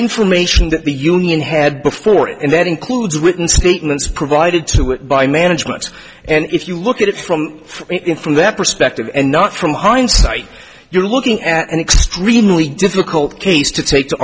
information that the union had before it and that includes written statements provided to it by management and if you look at it from from that perspective and not from hindsight you're looking at an extremely difficult case to take t